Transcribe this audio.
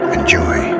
Enjoy